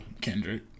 Kendrick